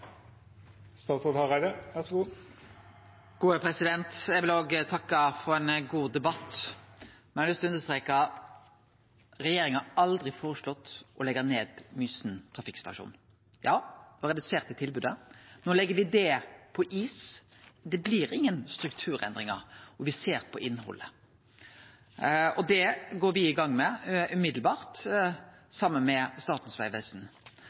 har lyst til å understreke at regjeringa aldri har føreslått å leggje ned Mysen trafikkstasjon. Ja, me reduserte tilbodet. No legg me det på is. Det blir ingen strukturendringar, og me ser på innhaldet. Det går me i gang med med ein gong, saman med Statens vegvesen.